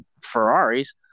Ferraris